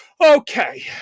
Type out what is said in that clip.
Okay